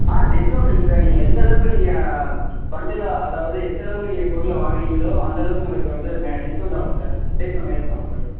ஆ discount இருக்குது sir நீங்கள் எந்த அளவுக்கு நீங்கள் பண்டிலாக அதாவது எந்த அளவுக்கு நீங்கள் பொருளை வாங்குறிங்களோ அந்த அளவுக்கு உங்களுக்கு வந்து டிஸ்கவுண்ட் ஆகும் சார் ப்ரைஸ் கம்மியாகும் சார்